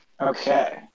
Okay